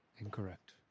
Incorrect